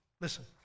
Listen